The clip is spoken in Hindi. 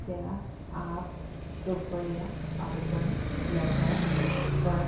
क्या आप कृपया अर्बन लैडर पर